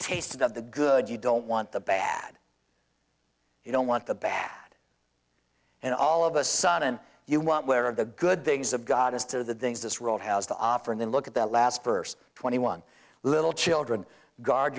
tasted of the good you don't want the bad you don't want the bad and all of a sudden you want where of the good things of god as to the things this world has to offer and then look at that last verse twenty one little children guard